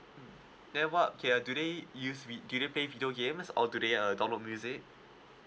then what okay uh do they use vi~ do they play video games or do they uh download music